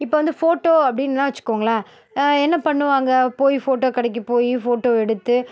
இப்போ வந்து ஃபோட்டோ அப்படின்லாம் வச்சிக்கோங்களேன் என்ன பண்ணுவாங்க போய் ஃபோட்டோ கடைக்கு போய் ஃபோட்டோ எடுத்து